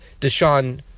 Deshaun